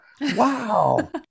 Wow